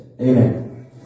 Amen